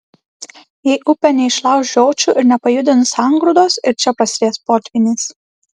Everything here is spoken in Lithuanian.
jei upė neišlauš žiočių ir nepajudins sangrūdos ir čia prasidės potvynis